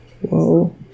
Whoa